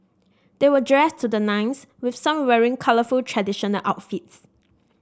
they were dressed to the nines with some wearing colourful traditional outfits